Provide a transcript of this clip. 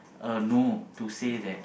a no to say that